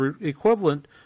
equivalent